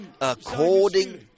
according